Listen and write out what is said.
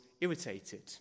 irritated